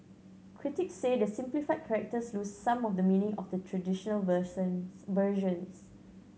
critics say the simplified characters lose some of the meaning of the traditional versions